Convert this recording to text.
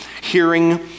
Hearing